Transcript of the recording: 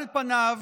על פניו,